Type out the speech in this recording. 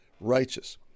righteous